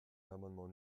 l’amendement